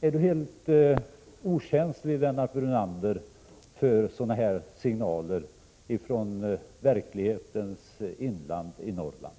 Är Lennart Brunander helt okänslig för sådana signaler från verkligheten i Norrlands inland?